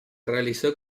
realizó